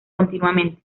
continuamente